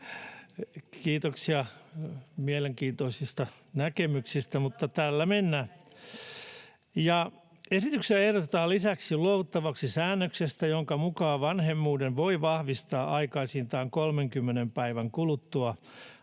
Kiitoksia mielenkiintoisista näkemyksistä, mutta tällä mennään. Esityksessä ehdotetaan lisäksi luovuttavaksi säännöksestä, jonka mukaan vanhemmuuden voi vahvistaa aikaisintaan 30 päivän kuluttua